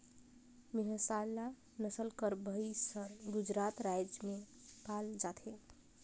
मेहसाला नसल कर भंइस हर गुजरात राएज में पाल जाथे